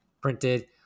printed